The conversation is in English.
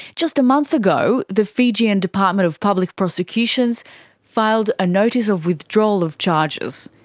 just a month ago, the fijian department of public prosecutions filed a notice of withdrawal of charges,